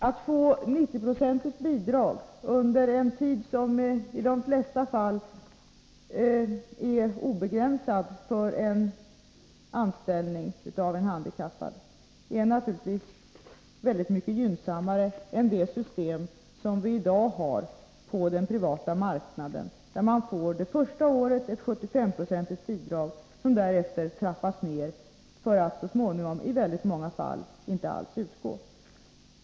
Att få ett 90-procentigt bidrag under en tid som i de flesta fall är obegränsad för anställning av en handikappad är naturligtvis väldigt mycket gynnsammare än vad som är möjligt i det system som vi i dag har på den privata marknaden, där man under det första året får ett 75-procentigt bidrag, som därefter trappas ned, för att så småningom i många fall helt upphöra.